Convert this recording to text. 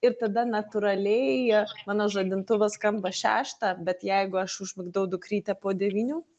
ir tada natūraliai mano žadintuvas skamba šeštą bet jeigu aš užmigdau dukrytę po devynių